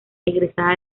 egresada